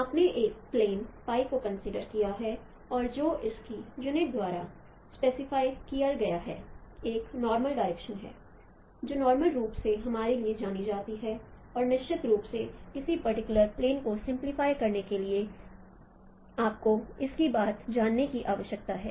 आपने एक प्लेन को कंसीडर किया है और जो इसकी यूनिट द्वारा स्पेसिफाइड किया गया है एक नॉर्मल डायरेक्शन है जो नॉर्मल रूप से हमारे लिए जानी जाती है और निश्चित रूप से किसी पर्टिकुलर प्लेन को स्पेसिफाइ करने के लिए आपको इसकी बात जानने की आवश्यकता है